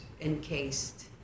encased